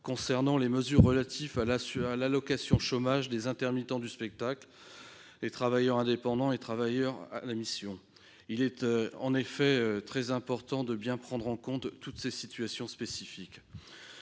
concernant les mesures relatives à l'allocation chômage des intermittents du spectacle, des travailleurs indépendants et des travailleurs à la mission. Il est en effet très important de bien prendre en compte toutes ces situations spécifiques.